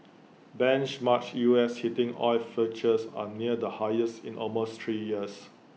benchmark U S heating oil futures are near the highest in almost three years